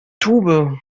tube